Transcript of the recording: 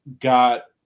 got